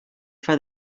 for